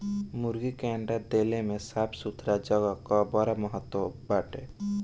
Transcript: मुर्गी के अंडा देले में साफ़ सुथरा जगह कअ बड़ा महत्व बाटे